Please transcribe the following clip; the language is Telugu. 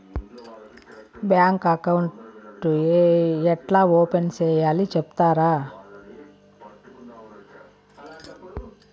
బ్యాంకు అకౌంట్ ఏ ఎట్లా ఓపెన్ సేయాలి సెప్తారా?